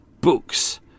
books